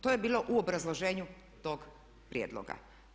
To je bilo u obrazloženju tog prijedloga.